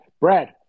Brad